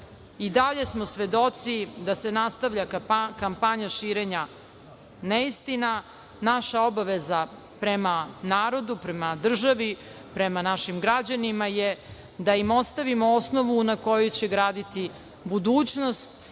i dalje smo svedoci da se nastavlja kampanja širenja neistina. Naša obaveza prema narodu, prema državi, prema našim građanima je da im ostavimo osnovu na kojoj će graditi budućnost